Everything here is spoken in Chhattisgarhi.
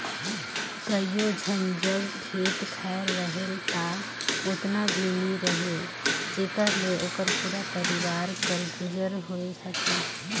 कइयो झन जग खेत खाएर रहेल ता ओतना भी नी रहें जेकर ले ओकर पूरा परिवार कर गुजर होए सके